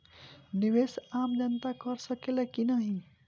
निवेस आम जनता कर सकेला की नाहीं?